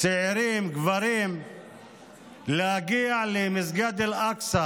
צעירים וגברים להגיע למסגד אל-אקצא